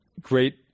great